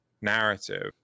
narrative